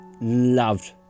loved